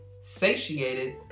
satiated